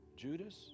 Judas